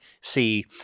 see